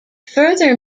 further